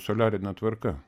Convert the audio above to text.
soliarine tvarka